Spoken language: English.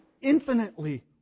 infinitely